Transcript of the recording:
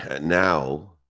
now